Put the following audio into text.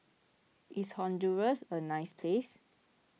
is Honduras a nice place